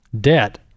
debt